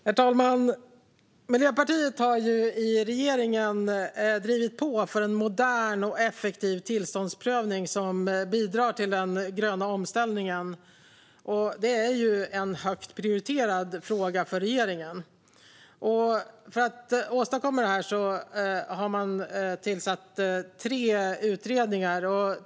Herr talman! Miljöpartiet har i regeringen drivit på för en modern och effektiv tillståndsprövning som bidrar till den gröna omställningen. Det är en högt prioriterad fråga för regeringen. För att åstadkomma detta har man tillsatt tre utredningar.